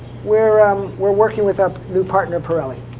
we're um we're working with our new partner, pirelli.